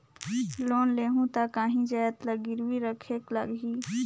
Loan लेहूं ता काहीं जाएत ला गिरवी रखेक लगही?